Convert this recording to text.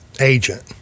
agent